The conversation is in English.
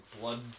blood